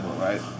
right